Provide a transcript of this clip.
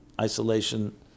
isolation